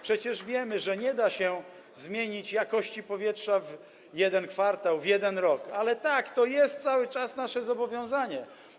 Przecież wiemy, że nie da się zmienić jakości powietrza w jeden kwartał, w jeden rok, ale tak, to cały czas jest nasze zobowiązanie.